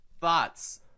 thoughts